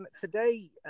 today